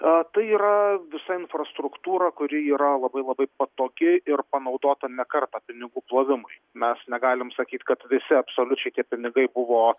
a tai yra visa infrastruktūra kuri yra labai labai patogi ir panaudota ne kartą pinigų plovimui mes negalim sakyt kad visi absoliučiai tie pinigai buvo